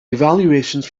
evaluations